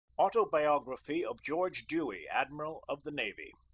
autobiography of george dewey admiral of the navy